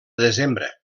desembre